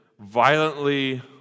violently